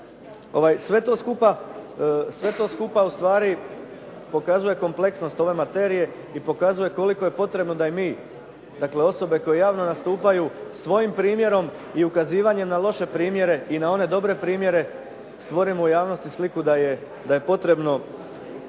sve to skupa ustvari pokazuje kompleksnost ove materije i pokazuje koliko je potrebno da i mi, dakle osobe koje javno nastupaju svojim primjerom i ukazivanjem na loše primjere i na one dobre primjere stvorimo u javnosti sliku da je potrebno